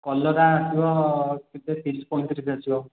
କଲରା ଆସିବ ସେଇ ତିରିଶ ପଇଁତିରିଶ ଆସିବ